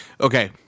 Okay